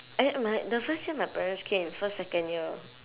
eh my the first year my parents came first second year